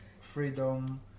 freedom